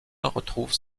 retrouve